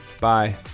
Bye